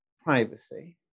privacy